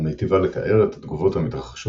- המיטיבה לתאר את התגובות המתרחשות